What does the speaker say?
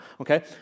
okay